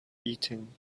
eating